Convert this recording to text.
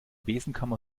besenkammer